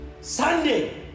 Sunday